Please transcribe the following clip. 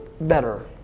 better